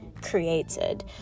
created